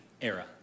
era